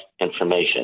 information